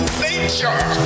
nature